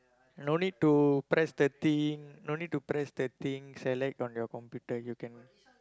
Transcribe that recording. no need to press the thing no need to press the thing select on your computer you can